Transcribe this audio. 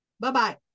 Bye-bye